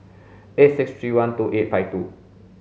eight six three one two eight five two